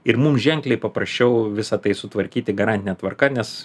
ir mum ženkliai paprasčiau visą tai sutvarkyti garantine tvarka nes